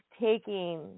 taking